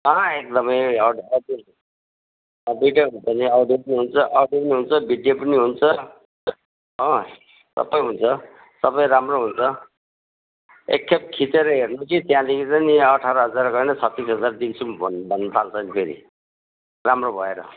अँ एकदमै हजुर दुइटै हुन्छ नि अडियो पनि हुन्छ अडियो पनि हुन्छ भिडियो पनि हुन्छ हो सबै हुन्छ सबै राम्रो हुन्छ एकखेप खिचेर हेर्नु कि त्यहाँदेखि चाहिँ नि अठार हजार होइन छत्तिस हजार दिन्छौँ भन्नु थाल्छ नि फेरि राम्रो भएर